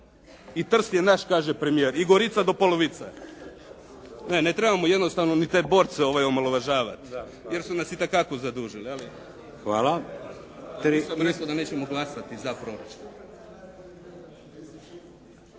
I Trst je naš kaže premijer. I Gorica do polovice. Ne, ne trebamo jednostavno ni te borce omalovažavati jer su nas itekako zadužili … /Govornik se ne razumije./